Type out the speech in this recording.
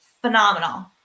Phenomenal